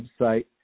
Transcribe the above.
website